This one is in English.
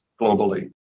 globally